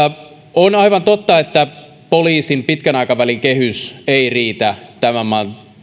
on aivan totta että poliisin pitkän aikavälin kehys ei riitä tämän maan